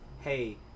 hey